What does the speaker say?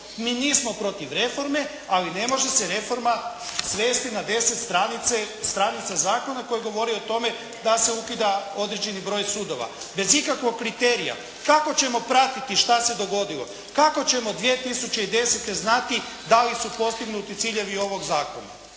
Mi nismo protiv reforme, ali ne može se reforma svesti na deset stranica zakona koji govori o tome da se ukida određeni broj sudova bez ikakvog kriterija. Kako ćemo pratiti što se dogodilo, kako ćemo 2010. znati da li su postignuti ciljevi ovog zakona?